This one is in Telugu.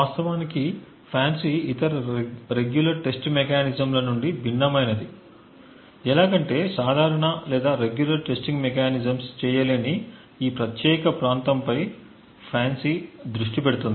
వాస్తవానికి FANCI ఇతర రెగ్యులర్ టెస్టింగ్ మెకానిజమ్ ల నుండి భిన్నమైనది ఎలాగంటే సాధారణ లేదా రెగ్యులర్ టెస్టింగ్ మెకానిజమ్స్ చేయలేని ఈ ప్రత్యేక ప్రాంతంపై FANCI దృష్టి పెడుతుంది